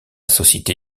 société